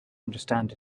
understand